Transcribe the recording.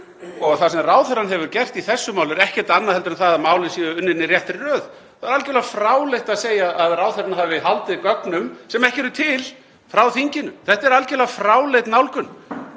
Það sem ráðherrann hefur gert í þessu máli er ekkert annað en það að málin séu unnin í réttri röð. Það er algerlega fráleitt að segja að ráðherrann hafi haldið gögnum, sem ekki eru til, frá þinginu. Þetta er algerlega fráleit nálgun